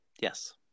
Yes